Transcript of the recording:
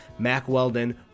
MacWeldon